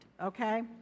okay